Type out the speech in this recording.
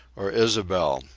or ysabel,